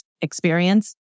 experience